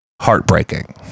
Heartbreaking